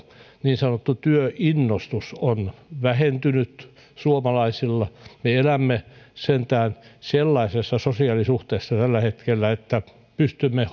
niin sanottu työinnostus on vähentynyt suomalaisilla me elämme sentään sellaisessa sosiaalisuhteessa tällä hetkellä että pystymme